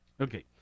Okay